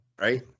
right